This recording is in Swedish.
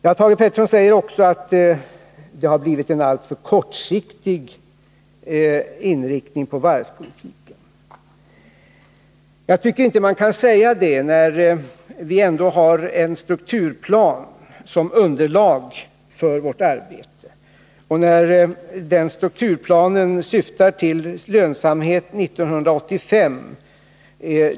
Thage Peterson säger också att det har blivit en alltför kortsiktig inriktning av varvspolitiken. Jag tycker inte man kan säga det. Vi har ändå en strukturplan som underlag för vårt arbete. Den syftar till lönsamhet 1985.